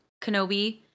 Kenobi